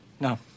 No